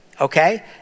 okay